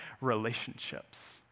relationships